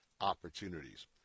opportunities